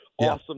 awesome